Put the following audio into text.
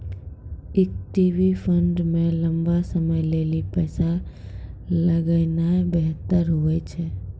equity fund मे लंबा समय लेली पैसा लगौनाय बेहतर हुवै छै